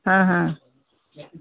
हाँ हाँ